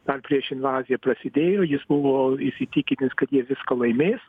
dar prieš invaziją prasidėjo jis buvo įsitikinęs kad jie viską laimės